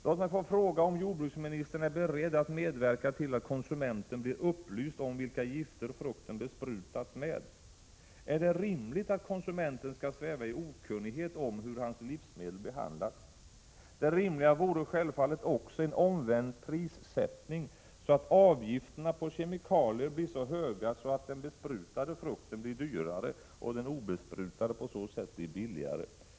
Låt mig få fråga om jordbruksministern är beredd att medverka till att konsumenten blir upplyst om vilka gifter frukten besprutats med. Är det rimligt att konsumenten skall sväva i okunnighet om hur hans livsmedel har behandlats? Det rimliga vore självfallet också en omvänd prissättning, så att avgifterna på kemikalier blir så höga att den besprutade frukten blir dyrare och den obesprutade på så sätt billigare.